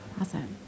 Awesome